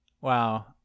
Wow